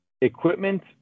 equipment